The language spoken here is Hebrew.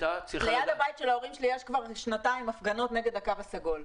ליד הבית של ההורים שלי יש כבר שנתיים הפגנות נגד הקו הסגול.